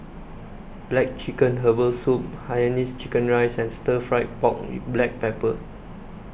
Black Chicken Herbal Soup Hainanese Chicken Rice and Stir Fried Pork with Black Pepper